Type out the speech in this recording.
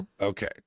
Okay